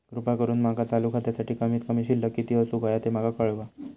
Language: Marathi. कृपा करून माका चालू खात्यासाठी कमित कमी शिल्लक किती असूक होया ते माका कळवा